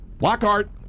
Lockhart